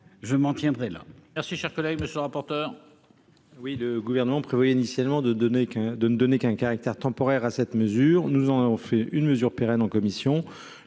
je m'en tiendrai là.